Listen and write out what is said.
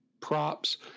props